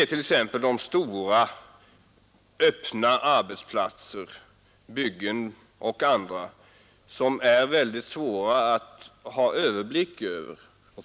Jag avser exempelvis de stora öppna arbetsplatserna — byggen och andra — som är svåra att ha överblick över. Kontrollkraven ökar, t.ex. för byggnadsnämnderna.